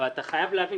אבל אתה חייב להבין.